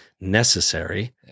necessary